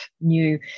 new